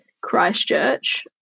Christchurch